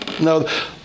No